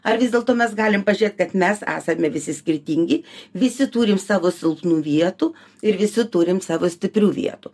ar vis dėlto mes galime pažiūrėt kad mes esame visi skirtingi visi turim savo silpnų vietų ir visi turim savo stiprių vietų